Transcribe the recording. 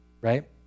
right